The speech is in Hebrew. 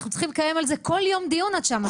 אנחנו צריכים לקיים על זה כל יום דיון עד שהמצב ישתנה.